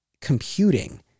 computing